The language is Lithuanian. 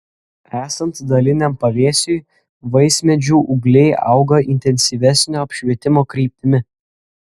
esant daliniam pavėsiui vaismedžių ūgliai auga intensyvesnio apšvietimo kryptimi